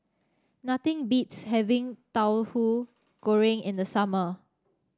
nothing beats having Tahu Goreng in the summer